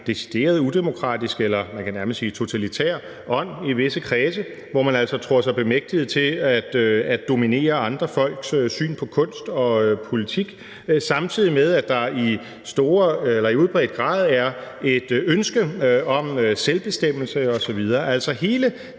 decideret udemokratisk, eller man kan nærmest sige totalitær ånd i visse kredse, hvor man altså tror sig bemægtiget til at dominere andre folks syn på kunst og politik, samtidig med at der i udpræget grad er et ønske om selvbestemmelse osv.